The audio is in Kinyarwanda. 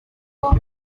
kuko